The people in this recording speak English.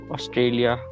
Australia